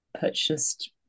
purchased